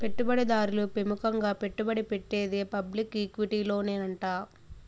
పెట్టుబడి దారులు పెముకంగా పెట్టుబడి పెట్టేది పబ్లిక్ ఈక్విటీలోనేనంట